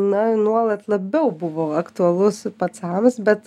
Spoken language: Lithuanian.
na nuolat labiau buvo aktualus pacams bet